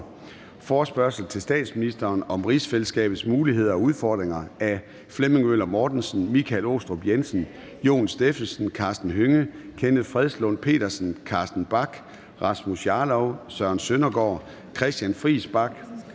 Forespørgsel til statsministeren om rigsfællesskabets muligheder og udfordringer. Af Flemming Møller Mortensen (S), Michael Aastrup Jensen (V), Jon Stephensen (M), Karsten Hønge (SF), Kenneth Fredslund Petersen (DD), Carsten Bach (LA), Rasmus Jarlov (KF), Søren Søndergaard (EL), Christian Friis Bach